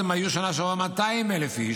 היו בשנה שעברה 200,000 איש,